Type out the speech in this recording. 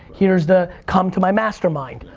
here's the come to my mastermind.